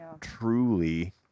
truly